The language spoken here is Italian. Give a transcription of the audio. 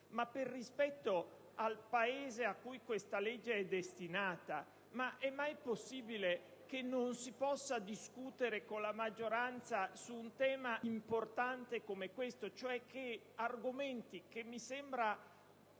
ma per rispetto al Paese a cui questa legge è destinata. Ma è mai possibile che non si possa discutere con al maggioranza su un tema importante come questo? Argomenti che mi sembra